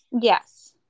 yes